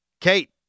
Kate